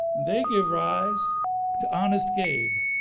they gave rise to honest gabe